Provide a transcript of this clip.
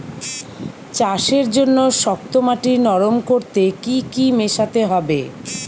চাষের জন্য শক্ত মাটি নরম করতে কি কি মেশাতে হবে?